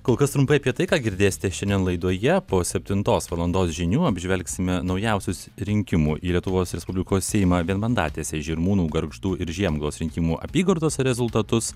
kol kas trumpai apie tai ką girdėsite šiandien laidoje po septintos valandos žinių apžvelgsime naujausius rinkimų į lietuvos respublikos seimą vienmandatėse žirmūnų gargždų ir žiemgalos rinkimų apygardose rezultatus